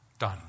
done